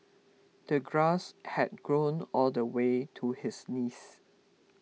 the grass had grown all the way to his knees